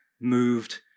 moved